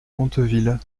conteville